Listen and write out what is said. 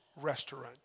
restaurant